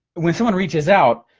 when someone reaches out,